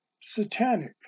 Satanic